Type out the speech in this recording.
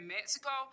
Mexico